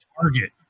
Target